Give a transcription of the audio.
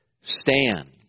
stand